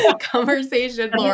conversation